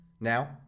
now